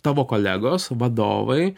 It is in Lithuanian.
tavo kolegos vadovai